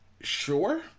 sure